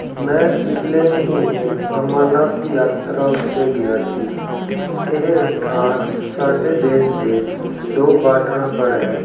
ਮੈਂ ਪਿਛਲੇ ਮਹੀਨੇ ਅਮਰਨਾਥ ਯਾਤਰਾ ਉੱਤੇ ਗਿਆ ਸੀ ਇਹ ਅਸਥਾਨ ਸਾਡੇ ਦੇਸ਼ ਦੇ ਦੋ ਬਾਡਰਾਂ ਪਰ ਹੈ